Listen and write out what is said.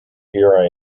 here